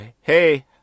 Hey